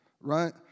Right